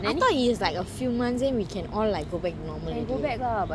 I thought is like few months then we can all like go back to normal already